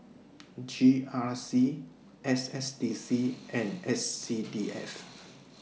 G R C S S D C and S C D F